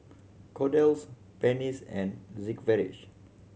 Kordel's Pansy and Sigvaris